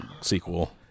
sequel